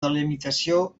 delimitació